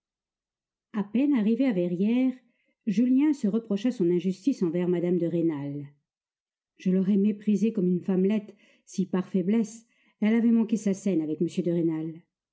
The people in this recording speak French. a peine arrivé à verrières julien se reprocha son injustice envers mme de rênal je l'aurais méprisée comme une femmelette si par faiblesse elle avait manqué sa scène avec